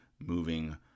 moving